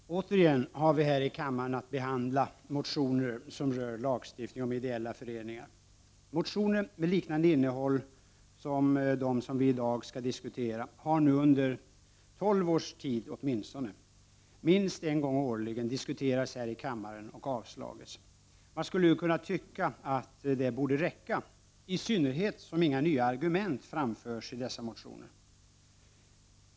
Herr talman! Återigen har vi här i kammaren att behandla motioner som rör lagstiftning om ideella föreningar. Motioner med liknande innehåll som de vi i dag skall diskutera har nu under åtminstone tolv års tid minst en gång årligen diskuterats här i kammaren och avslagits. Man skulle ju kunna tycka att det borde räcka — i synnerhet som inga nya argument framförs i dessa motioner.